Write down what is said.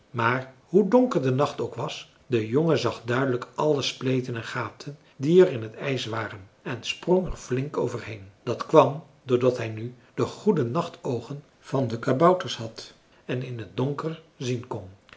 maar hoe donker de nacht ook was de jongen zag duidelijk alle spleten en gaten die er in het ijs waren en sprong er flink over heen dat kwam doordat hij nu de goede nachtoogen van de kabouters had en in t donker zien kon